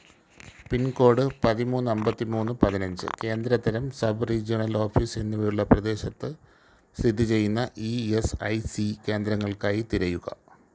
പിൻ code പതിമൂന്നമ്പത്തിമൂന്ന് പതിനഞ്ച് കേന്ദ്ര തരം സബ് റീജിയണൽ ഓഫീസ് എന്നിവയുള്ള പ്രദേശത്ത് സ്ഥിതിചെയ്യുന്ന ഇ എസ് ഐ സി കേന്ദ്രങ്ങൾക്കായി തിരയുക